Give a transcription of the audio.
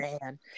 man